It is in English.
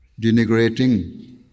denigrating